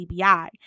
CBI